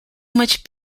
much